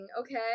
Okay